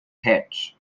hats